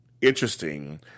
interesting